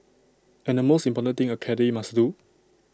and the most important thing A caddie must do